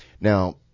Now –